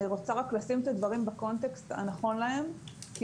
אני רוצה רק לשים את הדברים בקונטקסט הנכון להם כי